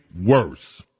worse